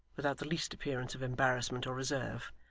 without the least appearance of embarrassment or reserve,